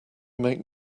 make